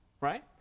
right